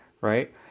right